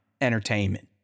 entertainment